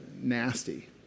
nasty